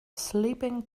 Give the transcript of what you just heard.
sleeping